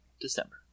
December